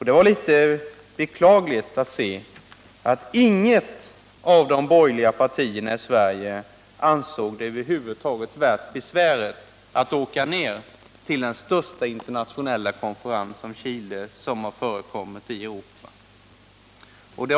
Det var beklagligt att inget av de borgerliga partierna i Sverige ansåg det över huvud taget värt besväret att åka ned till den stora internationella konferens om Chile som anordnades i Europa.